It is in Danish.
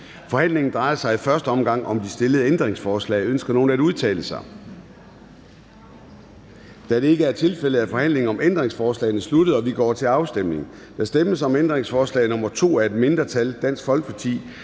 Forhandlingen drejer sig i første omgang om det stillede ændringsforslag. Ønsker nogen at udtale sig? Da det ikke er tilfældet, er forhandlingen om ændringsforslaget sluttet, og vi går til afstemning. Kl. 11:32 Afstemning Formanden (Søren Gade): Der